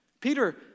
Peter